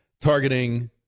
targeting